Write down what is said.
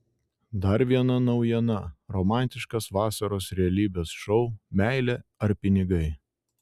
dar viena naujiena romantiškas vasaros realybės šou meilė ar pinigai